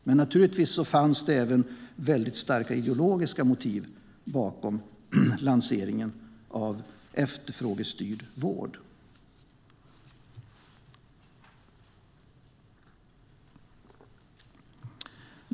Naturligtvis fanns även väldigt starka ideologiska motiv bakom lanseringen av efterfrågestyrd vård.